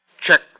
check